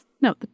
No